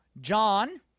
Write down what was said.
John